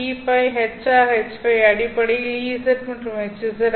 Er EØ Hr HØ அடிப்படையில் Ez மற்றும் Hz